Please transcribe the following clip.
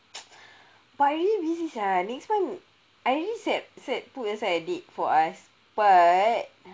but I really busy [sial] next month I already set set put aside for us but